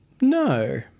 No